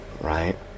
Right